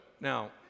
now